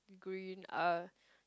green uh